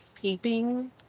peeping